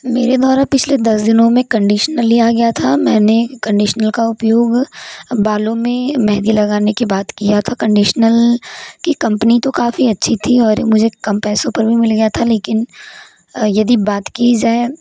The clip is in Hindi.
मेरे द्वारा पिछले दस दिनों में कंडिशनर लिया गया था मैंने कंडिशनल का उपयोग बालों में मेहंदी लगाने के बाद किया था कंडिशनल की कंपनी तो काफ़ी अच्छी थी और मुझे कम पैसों में भी मिल गया था लेकिन यदि बात की जाए